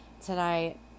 tonight